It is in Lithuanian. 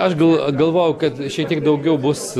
aš galvojau galvojau kad šiek tiek daugiau bus